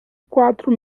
quatro